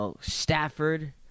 Stafford